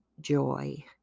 joy